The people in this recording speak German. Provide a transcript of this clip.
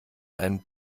einen